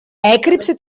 έκρυψε